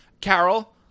carol